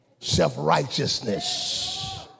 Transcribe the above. Self-righteousness